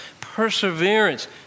Perseverance